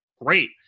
great